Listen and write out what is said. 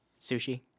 sushi